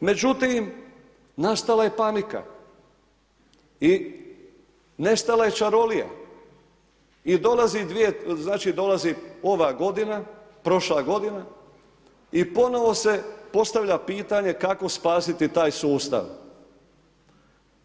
Međutim, nastala je panika i nestala je čarolija, i dolazi, znači dolazi ova godina, prošla je godina i ponovo se postavlja pitanje kako spasiti taj sustav